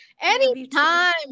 Anytime